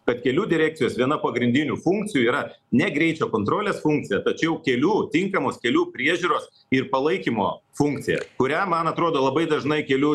kad kelių direkcijos viena pagrindinių funkcijų yra ne greičio kontrolės funkcija tačiau kelių tinkamos kelių priežiūros ir palaikymo funkcija kurią man atrodo labai dažnai kelių